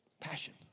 Passion